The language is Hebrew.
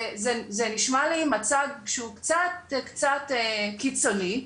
זה נשמע לי מצג שהוא קצת קצת קיצוני.